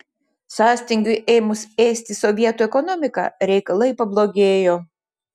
sąstingiui ėmus ėsti sovietų ekonomiką reikalai pablogėjo